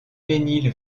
mesnil